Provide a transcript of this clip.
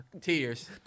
Tears